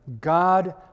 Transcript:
God